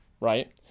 right